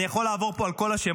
אני יכול לעבור פה על כל השמות.